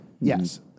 Yes